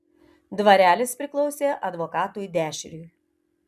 dvarelis priklausė advokatui dešriui